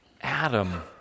Adam